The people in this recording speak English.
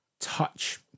Touch